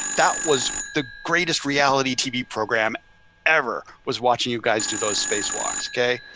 that was the greatest reality tv program ever. was watching you guys do those spacewalks, okay?